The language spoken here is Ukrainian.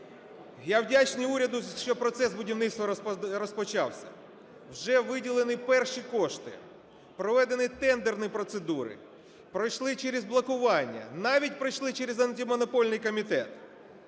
Я вдячний уряду, що процес будівництва розпочався, вже виділені перші кошти, проведені тендерні процедури, пройшли через блокування, навіть пройшли через Антимонопольний комітет.